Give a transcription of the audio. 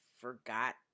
forgot